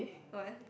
why